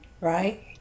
Right